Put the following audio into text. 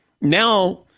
Now